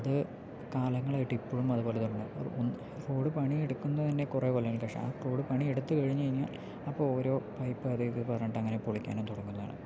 അത് കാലങ്ങളായിട്ട് ഇപ്പോഴും അതുപോലെ തന്നെ റോഡ് പണിയെടുക്കുന്നത് തന്നെ കുറേ കൊല്ലങ്ങൾക്ക് ശേഷമാണ് റോഡ് പണിയെടുത്ത് കഴിഞ്ഞ് കഴിഞ്ഞാൽ അപ്പോൾ ഓരോ പൈപ്പ് അതും ഇതും പറഞ്ഞിട്ടങ്ങനെ പൊളിക്കാനും തുടങ്ങുന്നതാണ്